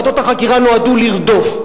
ועדות החקירה נועדו לרדוף.